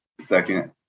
second